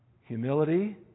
Humility